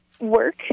work